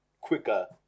quicker